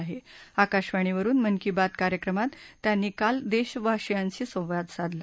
आकाशवाणीवरुन मन की बात कार्यक्रमात त्यांनी काल देशवासियांशी संवाद साधला